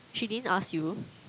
she didn't ask you